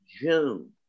June